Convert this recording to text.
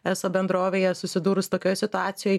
eso bendrovėje susidūrus tokioj situacijoj